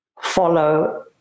follow